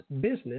Business